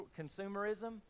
consumerism